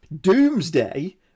Doomsday